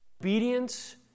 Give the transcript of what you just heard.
obedience